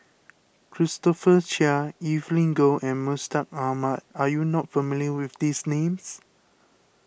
Christopher Chia Evelyn Goh and Mustaq Ahmad are you not familiar with these names